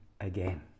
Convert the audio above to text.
again